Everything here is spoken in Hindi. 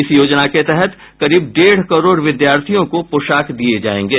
इस योजना के तहत करीब डेढ़ करोड़ विद्यार्थियों को पोशाक दिये जायेंगे